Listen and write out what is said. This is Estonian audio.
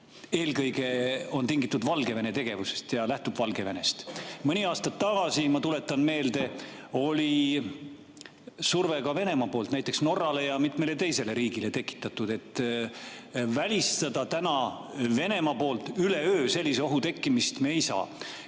eelkõige tingitud Valgevene tegevusest, see lähtub Valgevenest. Mõni aasta tagasi, ma tuletan meelde, oli surve ka Venemaa poolt näiteks Norrale ja mitmele teisele riigile. Välistada Venemaa poolt üleöö sellise ohu tekkimist me ei saa.